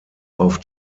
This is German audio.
auf